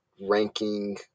ranking